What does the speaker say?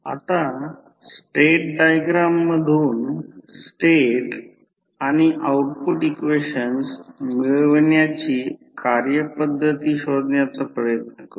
आता state diagram मधून state आणि आउटपुट इक्वेशन मिळविण्याची कार्यपद्धती शोधण्याचा प्रयत्न करू